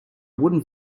wooden